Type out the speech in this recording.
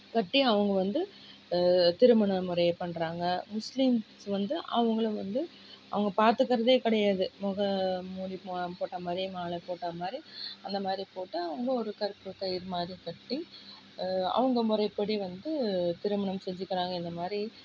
கட்டி அவங்க வந்து திருமண முறையை பண்ணுறாங்க முஸ்லிம்ஸ் வந்து அவங்களை வந்து அவங்க பார்த்துக்குறதே கிடையாது முகமூடி போ போட்ட மாதிரி மாலை போட்ட மாதிரி அந்த மாதிரி போட்டுஅவங்க ஒரு கருப்பு கயிறு மாதிரி கட்டி அவங்க முறைப்படி வந்து திருமணம் செஞ்சுக்கிறாங்க இந்தமாதிரி